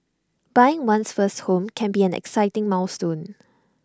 buying one's first home can be an exciting milestone